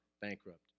bankrupt